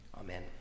Amen